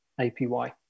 APY